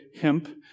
hemp